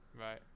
Right